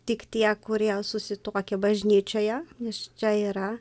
tik tie kurie susituokė bažnyčioje nes čia yra